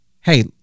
hey